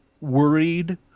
worried